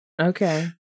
Okay